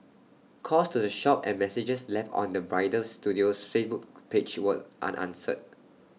calls to the shop and messages left on the bridal studio's Facebook page were unanswered